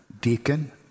deacon